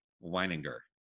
Weininger